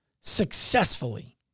successfully